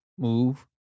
Move